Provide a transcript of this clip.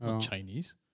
Chinese